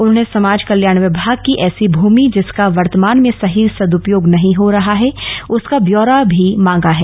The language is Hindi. उन्होंने समाज कल्याण विभाग ँकी ऐसी भूमि जिसका वर्तमान में सही सदपयोग नहीं हो रहा है उसका ब्यौरा भी मांगा है